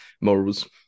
morals